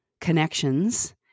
connections